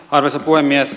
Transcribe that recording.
arvoisa puhemies